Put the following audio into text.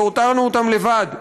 שהותרנו אותם לבד.